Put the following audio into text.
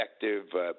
effective